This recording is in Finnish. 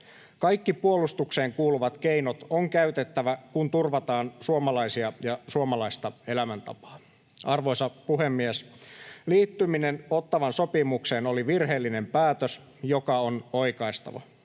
Kaikki puolustukseen kuuluvat keinot on käytettävä, kun turvataan suomalaisia ja suomalaista elämäntapaa. Arvoisa puhemies! Liittyminen Ottawan sopimukseen oli virheellinen päätös, joka on oikaistava.